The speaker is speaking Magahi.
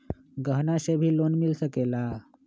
गहना से भी लोने मिल सकेला?